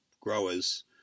growers